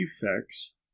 defects